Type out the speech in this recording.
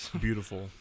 Beautiful